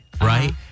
right